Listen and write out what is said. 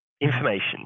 information